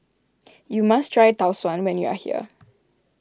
you must try Tau Suan when you are here